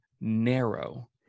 narrow